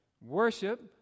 worship